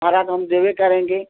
भाड़ा तो हम देंगे करेंगे